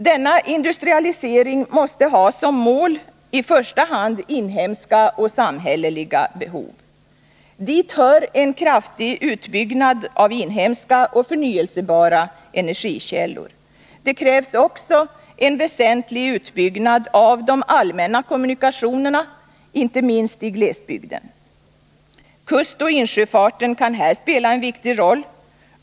Denna industrialisering måste ha som mål i första hand inhemska och samhälleliga behov. Dit hör en kraftig utbyggnad av inhemska och förnyelsebara energikällor. Det krävs också en väsentlig utbyggnad av de allmänna kommunikationerna, inte minst i glesbygden. Kustoch insjöfarten kan här spela en viktig roll.